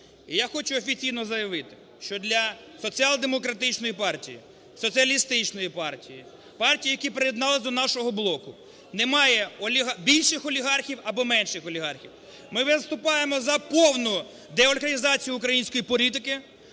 І я хочу офіційно заявити, що для Соціал-демократичної партії, Соціалістичної партії, партій, які приєднались до нашого блоку, немає більших олігархів або менших олігархів. Ми виступаємо за повну деолігархізацію української політики,